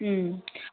उम